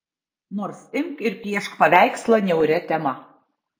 nors imk ir piešk paveikslą niauria tema